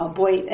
boy